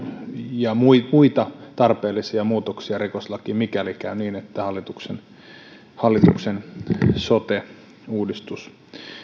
ja muita muita tarpeellisia muutoksia rikoslakiin mikäli käy niin että hallituksen hallituksen sote uudistus